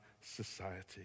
society